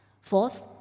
fourth